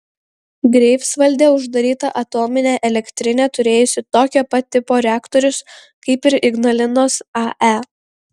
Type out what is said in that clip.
greifsvalde uždaryta atominė elektrinė turėjusi tokio pat tipo reaktorius kaip ir ignalinos ae